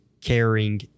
caring